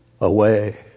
away